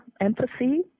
empathy